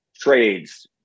trades